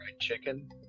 chicken